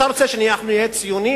אתה רוצה שאנחנו נהיה ציונים?